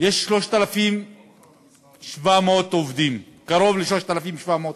יש 3,700 עובדים, קרוב ל-3,700 עובדים,